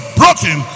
broken